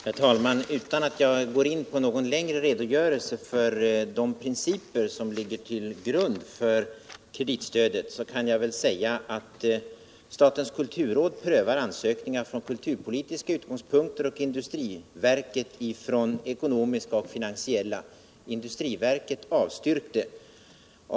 Herr talman! Utan att jag går in på någon längre redogörelse för de principer som ligger till grund för kreditstödet kan jag väl säga, att statens kulturråd prövar ansökningar från kulturpolitiska och att industriverket prövar dem från ekonomiska och finansiella utgångspunkter. Industriverket avstyrkte den nyss berörda ansökningen.